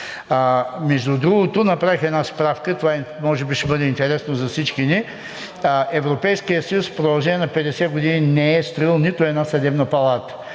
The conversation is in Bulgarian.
Между другото, направих една справка. Това може би ще бъде интересно за всички ни. Европейският съюз в продължение на 50 години не е строил нито една съдебна палата.